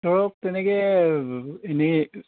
ধৰক তেনেকৈ এনেই